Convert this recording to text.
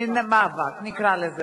נכון להיום,